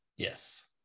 Yes